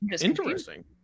Interesting